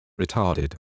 Retarded